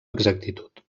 exactitud